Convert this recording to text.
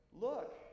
Look